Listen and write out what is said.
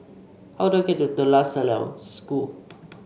how do I get to De La Salle School